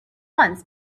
once